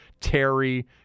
Terry